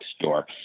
store